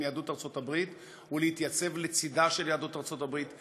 יהדות ארצות-הברית היא להתייצב לצדה של יהדות ארצות-הברית,